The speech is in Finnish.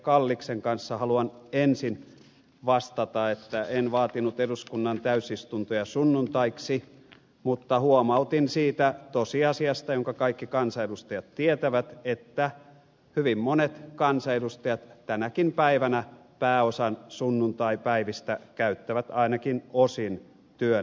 kalliksen kanssa haluan ensin vastata että en vaatinut eduskunnan täysistuntoja sunnuntaiksi mutta huomautin siitä tosiasiasta jonka kaikki kansanedustajat tietävät että hyvin monet kansanedustajat tänäkin päivänä pääosan sunnuntaipäivistä käyttävät ainakin osin työn tekemiseen